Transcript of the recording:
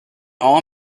all